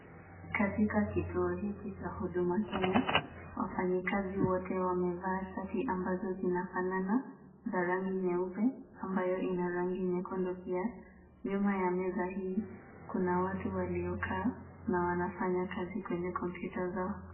Katika kituo hiki cha Huduma Kenya, wafanyikazi wote wamevaa shati ambazo zinafanana. Za rangi nyeupe ambayo ina rangi nyekundu pia, nyuma ya meza hii kuna watu waliokaa na wanafanya kazi kwenye kompyuta zao.